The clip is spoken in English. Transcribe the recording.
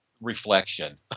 reflection